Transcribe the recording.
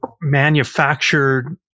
manufactured